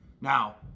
Now